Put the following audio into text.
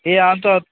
ए अन्त